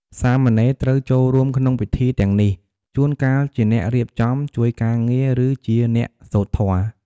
សាមណេរត្រូវចូលរួមក្នុងពិធីទាំងនេះ ជួនកាលជាអ្នករៀបចំ ជួយការងារ ឬជាអ្នកសូត្រធម៌។